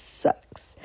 sucks